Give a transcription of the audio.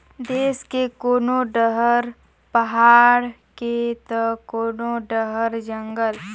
देस के कोनो डहर पहाड़ हे त कोनो डहर जंगल